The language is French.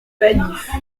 baillif